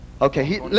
Okay